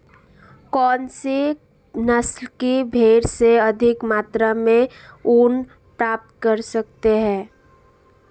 कौनसी नस्ल की भेड़ से अधिक मात्रा में ऊन प्राप्त कर सकते हैं?